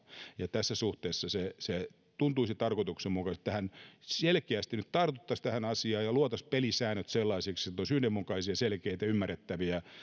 tässä suhteessa se se tuntuisi tarkoituksenmukaiselta että tähän asiaan selkeästi nyt tartuttaisiin ja luotaisiin pelisäännöt sellaisiksi että ne olisivat yhdenmukaisia selkeitä